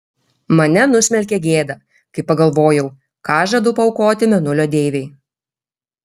mane nusmelkė gėda kai pagalvojau ką žadu paaukoti mėnulio deivei